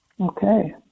Okay